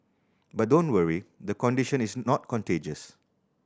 but don't worry the condition is not contagious